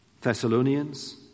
Thessalonians